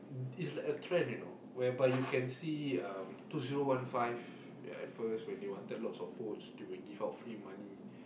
it's like a trend you know whereby you can see um two zero one five where at first when they wanted lots of votes they would give out free money